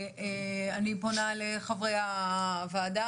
אני פונה לחברי הוועדה.